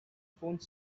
phone